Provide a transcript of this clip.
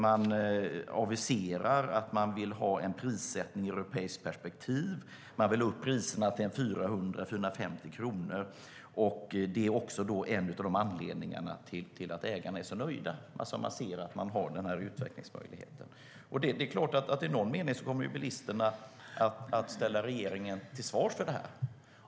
Man aviserade att man ville ha en prissättning med europeiskt perspektiv - man ville höja priserna till en 400, 450 kronor. Det är också en av anledningarna till att ägarna är så nöjda: De ser att de har den utvecklingsmöjligheten. Det är klart att bilisterna i någon mening kommer att ställa regeringen till svars för det här.